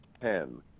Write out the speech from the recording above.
ten